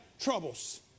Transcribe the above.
troubles